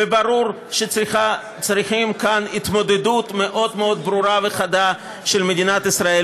וברור שצריכים כאן התמודדות מאוד מאוד ברורה וחדה של מדינת ישראל,